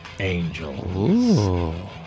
angels